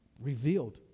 Revealed